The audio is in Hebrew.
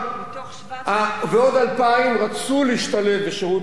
מתוך 7,000. ועוד 2,000 רצו להשתלב בשירות